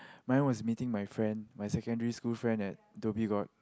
mine was meeting my friend my secondary friend at Dhoby-Ghaut